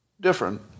Different